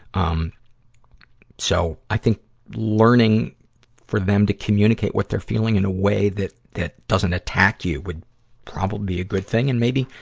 um so, i think learning for them to communicate what they're feeling in a way that, that doesn't attack you would probably be a good thing. and maybe,